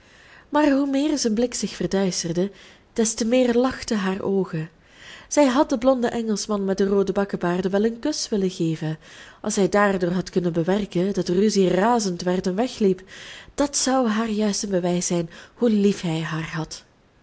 maar hoe meer zijn blik zich verduisterde des te meer lachten haar oogen zij had den blonden engelschman met de roode bakkebaarden wel een kus willen geven als zij daardoor had kunnen bewerken dat rudy razend werd en wegliep dat zou haar juist een bewijs zijn hoe lief hij haar had